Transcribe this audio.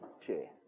chair